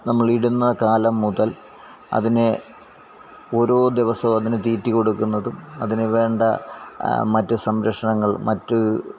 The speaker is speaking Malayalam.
നമ്മൾ ഇടുന്ന കാലം മുതൽ അതിനെ ഓരോ ദിവസവും അതിന് തീറ്റി കൊടുക്കുന്നതും അതിനുവേണ്ട മറ്റു സംരക്ഷണങ്ങൾ മറ്റ്